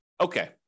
okay